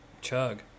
chug